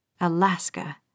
Alaska